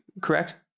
correct